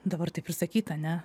dabar taip ir sakyt ane